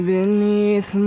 Beneath